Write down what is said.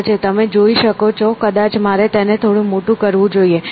તમે તેને જોઈ શકો છો કદાચ મારે તેને થોડું મોટું કરવું જોઈએ